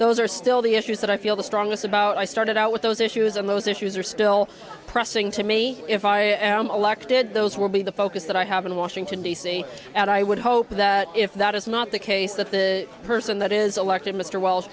those are still the issues that i feel the strongest about i started out with those issues and those issues are still pressing to me if i am elected those will be the focus that i have in washington d c and i would hope that if that is not the case that the person that is elected mr wel